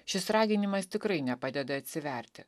šis raginimas tikrai nepadeda atsiverti